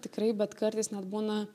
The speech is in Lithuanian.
tikrai bet kartais net būna